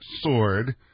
sword